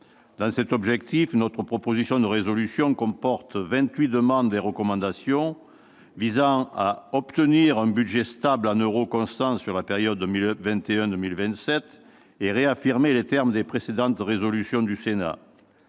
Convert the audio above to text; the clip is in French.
Dans cet objectif, notre proposition de résolution comporte 28 demandes et recommandations, visant à : obtenir un budget stable en euros constants sur la période 2021-2027 et réaffirmer les termes des précédentes résolutions du Sénat